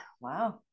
wow